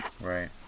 Right